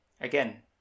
again